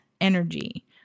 energy